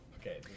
okay